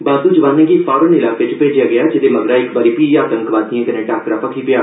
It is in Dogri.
बाद्दू जवानें गी फौरन इलाके च भेजेआ गेआ जेहदे मगरा इक बारी फ्ही आतंकवादिएं कन्नै टाक्करा भखी पेआ